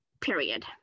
period